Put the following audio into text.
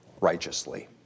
righteously